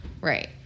right